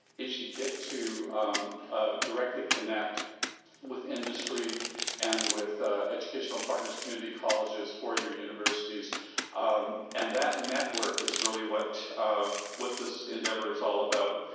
is you get to directly connect with industry and with ah educational partners, community colleges four year universities and that network is really what um what this endeavor is all about.